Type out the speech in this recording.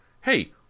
Hey